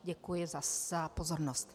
Děkuji za pozornost.